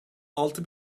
altı